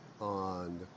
on